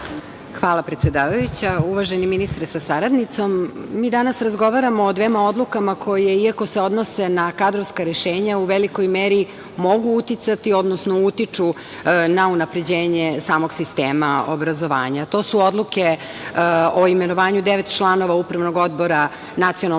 Hvala, predsedavajuća. Uvaženi ministre sa saradnicom, mi danas razgovaramo o dvema odlukama koje, iako se odnose na kadrovska rešenja, u velikoj meri mogu uticati, odnosno utiču na unapređenje samog sistema obrazovanja. To su odluke o imenovanju devet članova Upravnog odbora Nacionalnog